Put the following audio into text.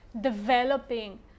developing